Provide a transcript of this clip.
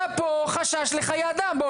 היה פה חשש לחיי אדם.